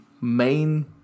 main